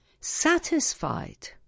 satisfied